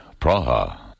Praha